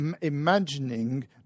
imagining